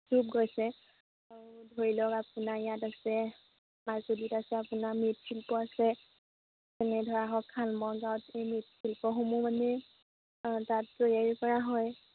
ডুব গৈছে আৰু ধৰি লওক আপোনাৰ ইয়াত আছে মাজুলীত আছে আপোনাৰ মৃত শিল্প আছে এনেধৰা হওক সালমৰা গাঁৱত এই মৃতশিল্পসমূহ মানে তাত তৈয়াৰী কৰা হয়